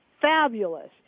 fabulous